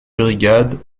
brigade